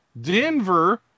Denver